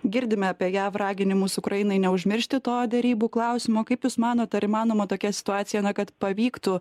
girdime apie jav raginimus ukrainai neužmiršti to derybų klausimo kaip jūs manote ar įmanoma tokia situacija na kad pavyktų